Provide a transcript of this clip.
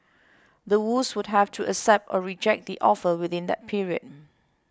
the Woos would have to accept or reject the offer within that period